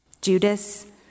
Judas